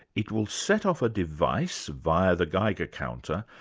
it will set off a device, via the geiger counter,